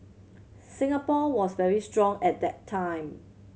Singapore was very strong at that time